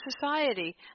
society